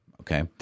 okay